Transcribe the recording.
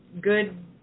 Good